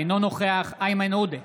אינו נוכח איימן עודה,